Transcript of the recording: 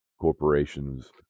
corporations